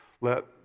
let